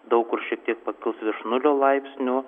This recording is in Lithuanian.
daug kur šitiek pakils virš nulio laipsnių